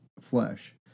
flesh